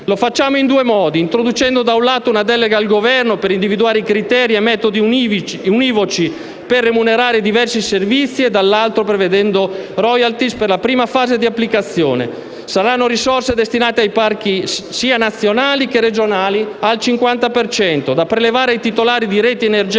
Lo facciamo in due modi: introducendo, da un lato, una delega al Governo per individuare criteri e metodi univoci per remunerare i diversi servizi e, dall'altro, prevedendo *royalty* per la prima fase di applicazione. Saranno risorse destinate ai parchi, sia nazionali che regionali, al 50 per cento, da prelevare ai titolari di reti energetiche